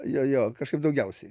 jo jo kažkaip daugiausiai